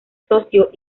socio